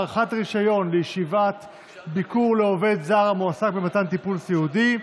הארכת רישיון לישיבת ביקור לעובד זר המועסק במתן טיפול סיעודי),